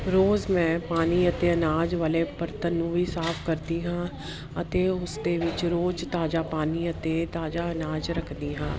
ਰੋਜ਼ ਮੈਂ ਪਾਣੀ ਅਤੇ ਅਨਾਜ ਵਾਲੇ ਬਰਤਨ ਨੂੰ ਵੀ ਸਾਫ ਕਰਦੀ ਹਾਂ ਅਤੇ ਉਸ ਦੇ ਵਿੱਚ ਰੋਜ਼ ਤਾਜ਼ਾ ਪਾਣੀ ਅਤੇ ਤਾਜ਼ਾ ਅਨਾਜ ਰੱਖਦੀ ਹਾਂ